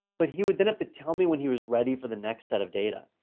but he would then have to tell me when he was ready for the next set of data.